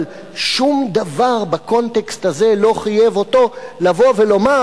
אבל שום דבר בקונטקסט הזה לא חייב אותו לבוא ולומר